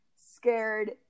scared